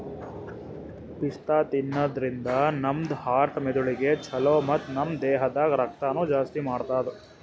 ಪಿಸ್ತಾ ತಿನ್ನಾದ್ರಿನ್ದ ನಮ್ ಹಾರ್ಟ್ ಮೆದಳಿಗ್ ಛಲೋ ಮತ್ತ್ ನಮ್ ದೇಹದಾಗ್ ರಕ್ತನೂ ಜಾಸ್ತಿ ಮಾಡ್ತದ್